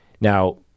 Now